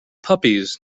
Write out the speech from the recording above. puppies